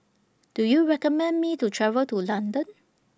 Do YOU recommend Me to travel to London